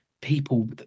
people